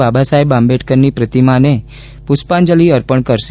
બાબાસાહેબ આંબેડકરની પ્રતિમાને પુષ્પાંજલિ અર્પણ કરશે